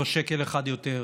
לא שקל אחד יותר,